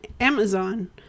Amazon